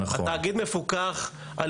התאגיד מפוקח.